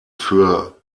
für